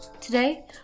Today